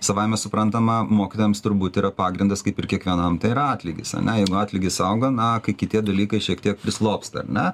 savaime suprantama mokytojams turbūt yra pagrindas kaip ir kiekvienam tai yra atlygis ar ne jeigu atlygis auga na kai kiti dalykai šiek tiek prislopsta ar ne